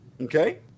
Okay